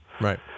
Right